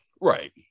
Right